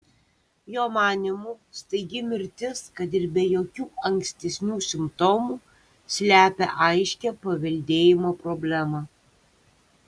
jo manymu staigi mirtis kad ir be jokių ankstesnių simptomų slepia aiškią paveldėjimo problemą